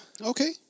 Okay